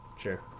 Sure